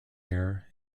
air